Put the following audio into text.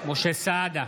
משה סעדה,